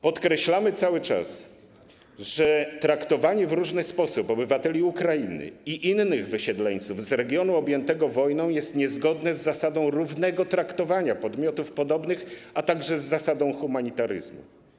Podkreślamy cały czas, że traktowanie w różny sposób obywateli Ukrainy i innych wysiedleńców z regionu objętego wojną jest niezgodne z zasadą równego traktowania podmiotów podobnych, a także z zasadą humanitaryzmu.